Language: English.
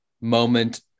moment